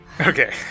Okay